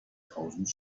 tausend